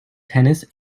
tennis